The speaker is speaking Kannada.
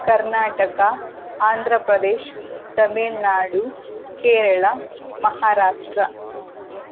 ಕರ್ನಾಟಕ ಆಂಧ್ರ ಪ್ರದೇಶ್ ತಮಿಳುನಾಡು ಕೇರಳ ಮಹಾರಾಷ್ಟ್ರ